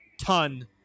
ton